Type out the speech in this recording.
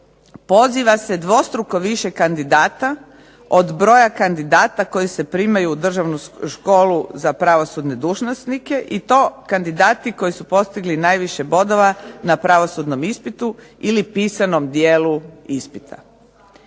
poziva se dvostruko više kandidata od broja kandidata koji se primaju u Državnu školu za pravosudne dužnosnike i to kandidati koji su postigli najviše bodova na pravosudnom ispitu ili pisanom dijelu ispita.